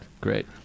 Great